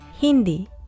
Hindi